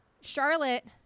Charlotte